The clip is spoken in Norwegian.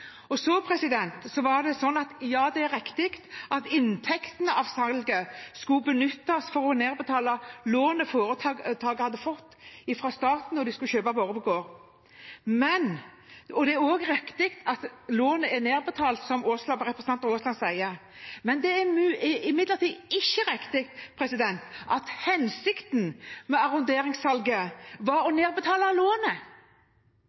Ja, det er riktig at inntektene av salget skulle benyttes til å nedbetale lånet foretaket hadde fått fra staten da de skulle kjøpe Borregaard. Det er også riktig at lånet er nedbetalt, som representanten Aasland sier, men det er imidlertid ikke riktig at hensikten med arronderingssalget var å